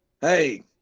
hey